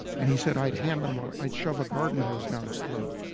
and he said i'd hand them my i'd shove a garden hose down his throat.